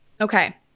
Okay